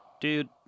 Dude